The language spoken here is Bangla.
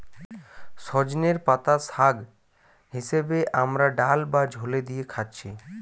সজনের পাতা শাগ হিসাবে আমরা ডাল বা ঝোলে দিয়ে খাচ্ছি